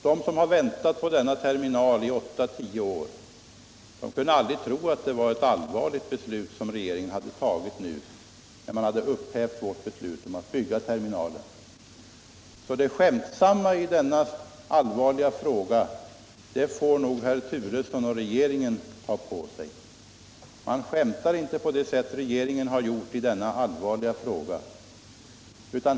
De som har väntat på denna terminal i åtta tio år kunde aldrig tro att det var ett allvarligt beslut regeringen tagit när man nu upphävt vårt beslut om att bygga terminalen. Det skämtsamma i denna allvarliga fråga får nog herr Turesson och regeringen ta på sig. Man skämtar inte på det sätt regeringen gjort i denna allvarliga fråga.